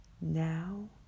now